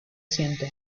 siento